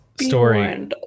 story